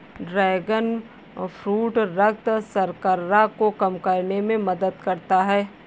dragon fruit रक्त शर्करा को कम करने में मदद करता है